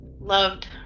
loved